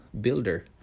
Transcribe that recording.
builder